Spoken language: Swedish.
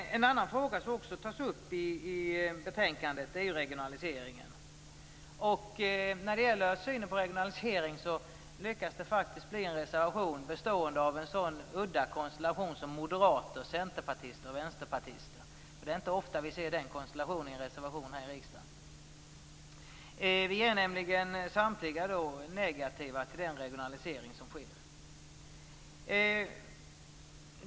En annan fråga som också tas upp i betänkandet är regionaliseringen. När det gäller synen på regionalisering har det faktiskt lyckats att bli en reservation från en sådan udda konstellation som moderater, centerpartister och vänsterpartister. Det är inte ofta vi ser den konstellationen bakom en reservation här i riksdagen. Vi är nämligen samtliga negativa till den regionalisering som sker.